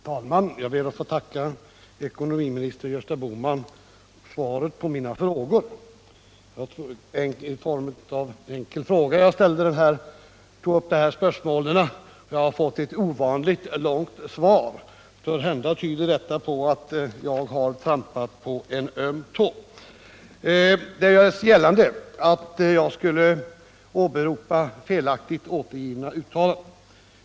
Herr talman! Jag ber att få tacka ekonomiministern Gösta Bohman för svaret på mina frågor. Det var i form av en fråga jag tog upp dessa spörsmål, och jag har fått eu ovanligt långt svar. Måhända tyder detta på att jag har trampat på en öm tå. | Det görs i svaret gällande att jag skulle åberopa felaktigt återgivna uttalanden.